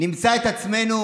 נמצא את עצמנו,